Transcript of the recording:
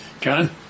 John